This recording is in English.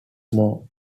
more